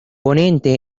ponente